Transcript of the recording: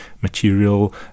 material